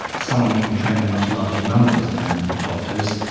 someone that can be trained in much larger numbers than doctors,